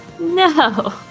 No